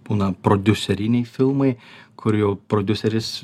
būna prodiuseriniai filmai kur jau prodiuseris